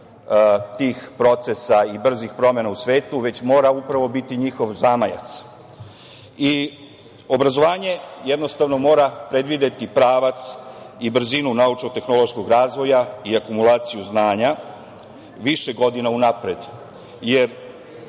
tih procesa i brzih promena u svetu, već mora upravo biti njihov zamajac. Obrazovanje jednostavno mora predvideti pravac i brzinu naučno-tehnološkog razvoja i akumulaciju znanja više godina unapred, jer